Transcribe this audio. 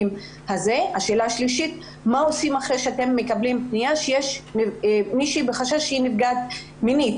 מה אתם עושים כשיש חשש שמישהי נפגעת מינית?